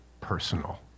personal